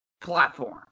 platform